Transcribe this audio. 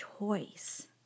choice